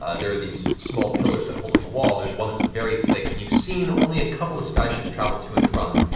ah there are these small pillars that hold up the wall, there is one that's very thick, and you've seen only a couple of skyships travel to and from,